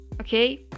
okay